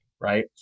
right